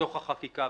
בתוך החקיקה.